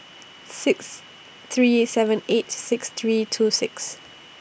six three seven eight six three two six